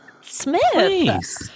Smith